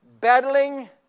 battling